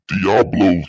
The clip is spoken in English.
Diablo